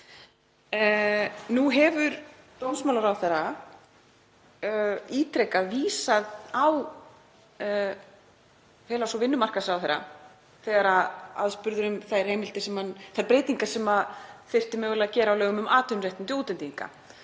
Nú hefur dómsmálaráðherra ítrekað vísað á félags- og vinnumarkaðsráðherra aðspurður um þær breytingar sem þyrfti mögulega að gera á lögum um atvinnuréttindi útlendinga,